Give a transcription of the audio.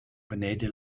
beneden